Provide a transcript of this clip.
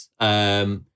yes